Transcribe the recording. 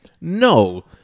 No